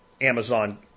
Amazon